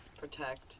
protect